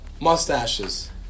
mustaches